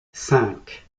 cinq